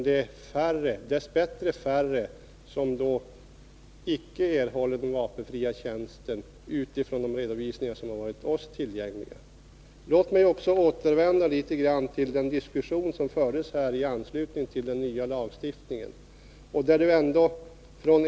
Det är på grundval av de redovisningar som varit oss tillgängliga dess bättre färre som icke får vapenfri tjänst. Låt mig återvända något till den diskussion som fördes i anslutning till att den nya lagen antogs.